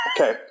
Okay